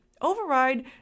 override